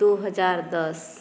दू हजार दस